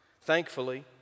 Thankfully